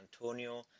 Antonio